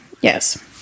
Yes